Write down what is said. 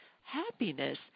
happiness